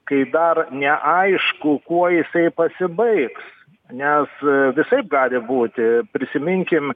kai dar neaišku kuo jisai pasibaigs nes visaip gali būti prisiminkim